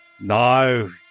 No